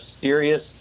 serious